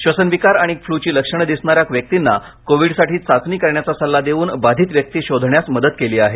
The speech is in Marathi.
श्वसनविकार आणि फ्लूची लक्षणं दिसणाऱ्या व्यक्तींना कोविडसाठी चाचणी करण्याचा सल्ला देऊन बाधित व्यक्ती शोधण्यास मदत केली आहे